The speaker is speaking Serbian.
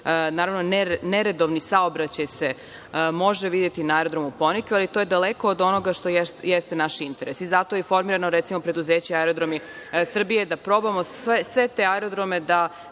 naravno neredovni saobraćaj se može videti na aerodromu „Ponikve“, ali to je daleko od onoga što jeste naš interes. Zato je i formirano, recimo, preduzeće Aerodromi Srbije da probamo sve te aerodrome da